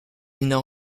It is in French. n’en